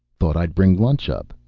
thought i'd bring lunch up,